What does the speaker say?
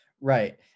Right